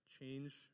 change